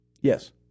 Yes